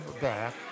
back